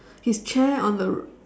his chair on the